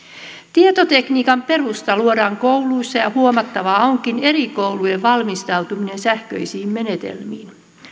tietotekniikan perusta luodaan kouluissa ja huomattavaa onkin eri koulujen valmistautuminen sähköisiin menetelmiin